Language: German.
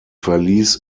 verließ